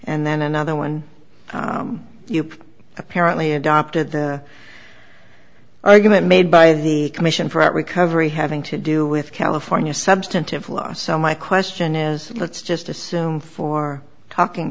and then another one europe apparently adopted the argument made by the commission for out recovery having to do with california substantive law so my question is let's just for talking